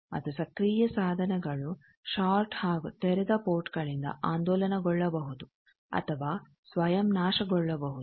ಮತ್ತು ಸಕ್ರೀಯ ಸಾಧನಗಳು ಷಾರ್ಟ್ ಹಾಗೂ ತೆರೆದ ಪೋರ್ಟ್ ಗಳಿಂದ ಆಂದೋಲನಗೊಳ್ಳಬಹುದು ಅಥವಾ ಸ್ವಯಂ ನಾಶಗೊಳ್ಳಬಹುದು